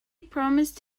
promised